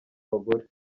bagore